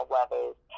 Weathers